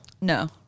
No